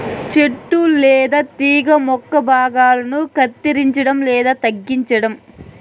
చెట్టు లేదా తీగ యొక్క భాగాలను కత్తిరించడం లేదా తగ్గించటం